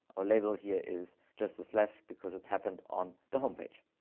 or label here is just a slash because it's happened on the homepage.